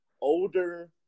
older